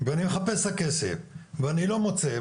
אני מחפש את הכסף ואני לא מוצא,